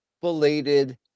belated